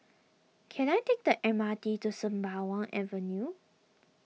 can I take the M R T to Sembawang Avenue